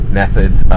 methods